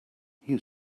you